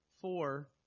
four